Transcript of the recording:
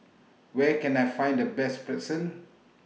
Where Can I Find The Best